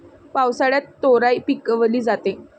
पावसाळ्यात तोराई पिकवली जाते